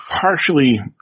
partially